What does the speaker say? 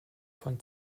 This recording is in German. von